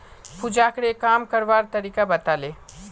पूजाकरे काम करवार तरीका बताले